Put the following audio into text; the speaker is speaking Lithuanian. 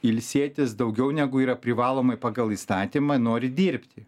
ilsėtis daugiau negu yra privaloma pagal įstatymą nori dirbti